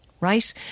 right